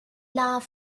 laugh